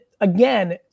again